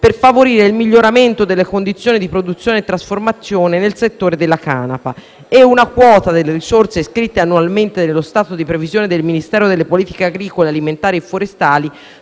per favorire il miglioramento delle condizioni di produzione e trasformazione nel settore della canapa e una quota delle risorse iscritte annualmente nello stato di previsione del Ministero delle politiche agricole alimentari, forestali